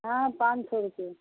हाँ पाँच सौ रुपये